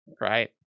right